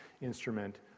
instrument